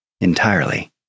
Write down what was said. entirely